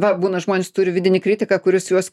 va būna žmonės turi vidinį kritiką kuris juos